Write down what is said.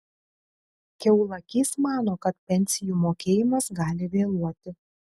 kiaulakys mano kad pensijų mokėjimas gali vėluoti